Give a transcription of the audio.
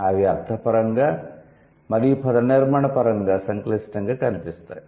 అవి అర్థపరంగా మరియు పదనిర్మాణపరంగా సంక్లిష్టంగా కనిపిస్తాయి